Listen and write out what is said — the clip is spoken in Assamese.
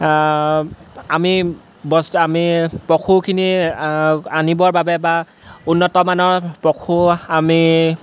আমি বস্তু আমি পশুখিনি আনিবৰ বাবে বা উন্নতমানৰ পশু আমি